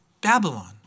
Babylon